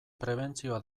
prebentzioa